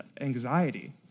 anxiety